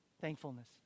Thankfulness